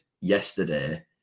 yesterday